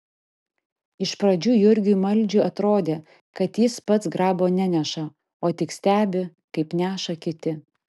iš pradžių jurgiui maldžiui atrodė kad jis pats grabo neneša o tik stebi kaip neša kiti